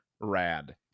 rad